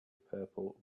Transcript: purple